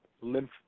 lymph